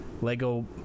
Lego